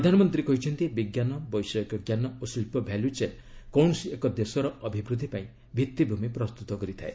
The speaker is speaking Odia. ପ୍ରଧାନମନ୍ତ୍ରୀ କହିଛନ୍ତି ବିଜ୍ଞାନ ବୈଷୟିକ ଜ୍ଞାନ ଓ ଶିଳ୍ପ ଭ୍ୟାଲୁଚେନ୍ କୌଣସି ଏକ ଦେଶର ଅଭିବୃଦ୍ଧି ପାଇଁ ଭିତ୍ତିଭୂମି ପ୍ରସ୍ତୁତ କରିଥାଏ